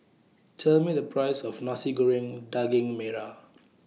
Tell Me The Price of Nasi Goreng Daging Merah